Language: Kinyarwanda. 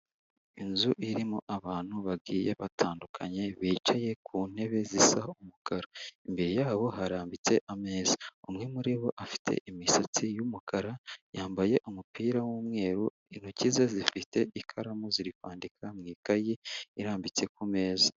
Inzu irimo abantu bagiye batandukanye, bicaye ku ntebe zisa umukara, imbere yabo harambitse ameza, umwe muri bo afite imisatsi y'umukara, yambaye umupira w'umweru, intoki ze zifite ikaramu ziri kwandika mu ikaye irambitse ku meza.